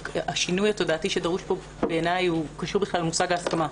השינוי התודעתי שדרוש פה בעיניי קשור למושג ההסכמה,